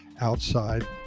outside